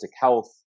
health